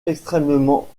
extrêmement